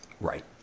Right